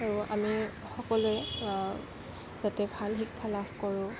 আৰু আমি সকলোৱে যাতে ভাল শিক্ষা লাভ কৰোঁ